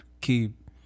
keep